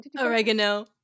oregano